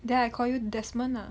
then I call you desmond lah